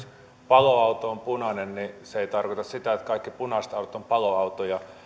paloauto on punainen niin se ei tarkoita sitä että kaikki punaiset autot ovat paloautoja